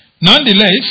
Nonetheless